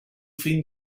fin